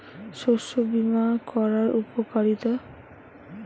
শস্য বিমা করার উপকারীতা?